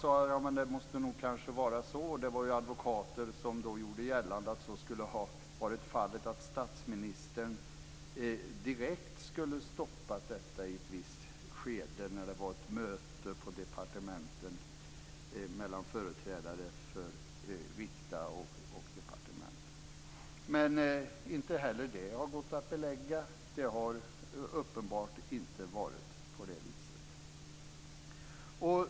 Man sade: Det måste nog kanske vara så, eftersom det var advokater som gjorde gällande att så skulle ha varit fallet. Statsministern skulle direkt ha stoppat detta i ett visst skede när det var ett möte på departementen mellan företrädare för Rikta och departementen. Men inte heller det har gått att belägga. Det har uppenbart inte varit på det viset.